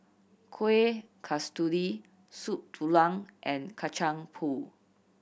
Kuih Kasturi Soup Tulang and Kacang Pool